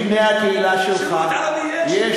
אין שירות ערבי.